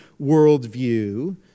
worldview